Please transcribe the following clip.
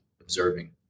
observing